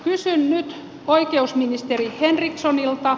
kysyn nyt oikeusministeri henrikssonilta